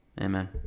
Amen